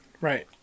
Right